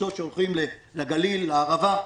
קבוצות שהולכות לגליל ולערבה,